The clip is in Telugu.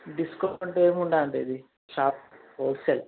డిస్కౌంట్ అంటూ ఏం ఉండదండి ఇది షాప్ హోల్సేల్